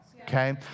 okay